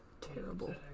terrible